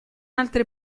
altre